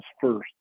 first